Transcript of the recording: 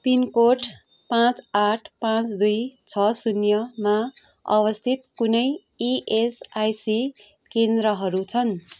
pin code पाँच आठ पाँच दुई छ शून्यमा अवस्थित कुनै इएसआइसी केन्द्रहरू छन्